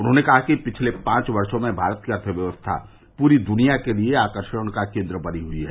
उन्होंने कहा कि पिछले पांच वर्षो में भारत की अर्थव्यवस्था पूरी दुनिया के लिए आकर्षण का केन्द्र बनी हई है